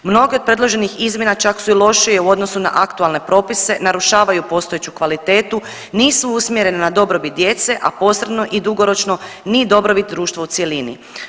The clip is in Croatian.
Mnoge od predloženih izmjena čak su i lošije u odnosu na aktualne propise, narušavaju postojeću kvalitetu, nisu usmjerene na dobrobit djece, a posredno i dugoročno ni dobrobit društva u cjelini.